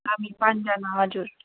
हामी पाँचजना हजुर